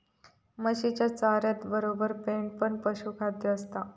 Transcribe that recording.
म्हशीच्या चाऱ्यातबरोबर पेंड पण पशुखाद्य असता